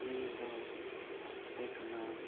ᱤᱧᱫᱚ ᱮᱠᱞᱟ